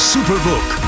Superbook